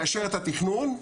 אנחנו מאשרים את התכנון.